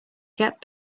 get